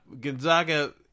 Gonzaga